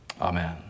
Amen